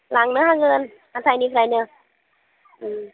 लांनो हागोन हाथायनिफ्रायनो